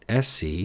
SC